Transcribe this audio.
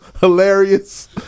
hilarious